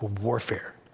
warfare